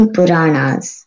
Puranas